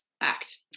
act